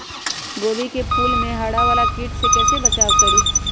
गोभी के फूल मे हरा वाला कीट से कैसे बचाब करें?